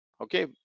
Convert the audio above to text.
Okay